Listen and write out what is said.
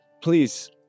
please